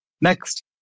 Next